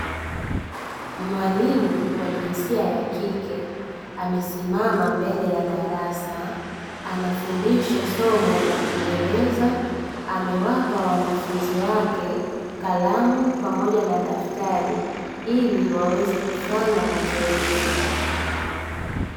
Mwalimu wa jinsia ya kike amesimama mbele ya darasa anafundisha somo la kingereza, amewapa wanafunzi wake kalamu pamoja na daftari ili waweze kufanya mazoezi.